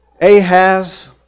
Ahaz